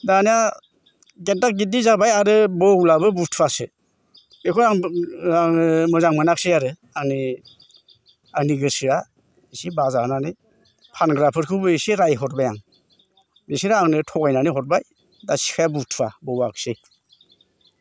दानिया गेददा गेददि जाबाय आरो बौलाबो बुथुवासो बेखौ आंबो आङो मोजां मोनाखसै आरो आंनि आंनि गोसोआ एसे बाजानानै फानग्राफोरखौबो एसे रायहरबाय आं बिसोरो आंनो थगायनानै हरबाय दा सिखाया बुथुवा बौवाखसै